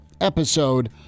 episode